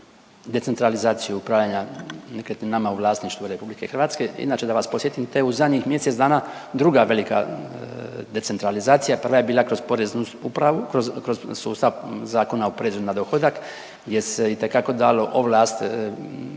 u vlasništvu RH. Inače da vas podsjetim, to je u zadnjih mjesec dana druga velika decentralizacija, prva je bila kroz poreznu upravu, kroz, kroz sustav Zakona o porezu na dohodak gdje se itekako dalo ovlast